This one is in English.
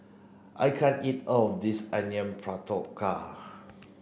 I can't eat all of this Onion Pakora